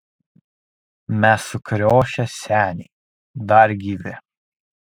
mes sukriošę seniai dar gyvi